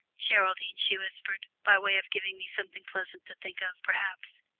geraldine, she whispered, by way of giving me something pleasant to think of, perhaps,